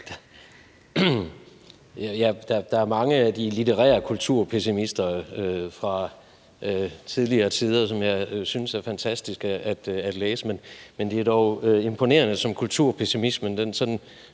Der er mange af de litterære kulturpessimister fra tidligere tider, som jeg synes er fantastiske at læse, men det er dog imponerende, som kulturpessimismen sådan